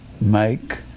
make